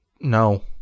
No